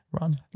run